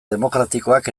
demokratikoak